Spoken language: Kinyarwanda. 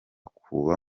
kuba